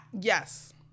Yes